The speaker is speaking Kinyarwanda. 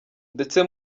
ndetse